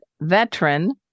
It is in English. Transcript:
veteran